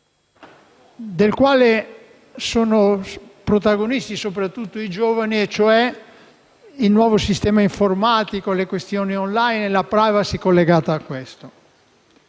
del quale sono protagonisti soprattutto i giovani e cioè il nuovo sistema informatico, le questioni *online* e la *privacy* collegata a questo